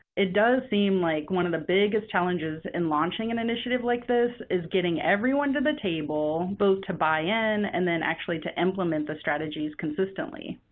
it does seem like one of the biggest challenges in launching an initiative like this is getting everyone to the table both to buy in and then actually to implement the strategies consistently.